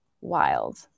wild